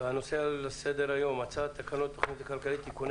הנושא על סדר היום: הצעת תקנות התוכנית הכלכלית (תיקוני